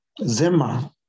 Zema